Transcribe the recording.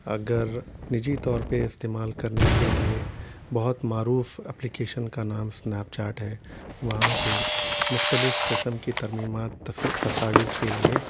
اگر نجی طور پہ استعمال کرنے کے لیے بہت معروف اپلیکیشن کا نام اسنیپ چیٹ ہے وہاں سے مختلف قسم کے ترمیمات تصاویر کے لیے